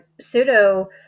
pseudo